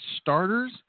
starters